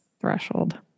threshold